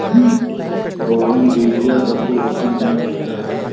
bougainvillea का फूल बसंत में खिलता है